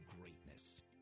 greatness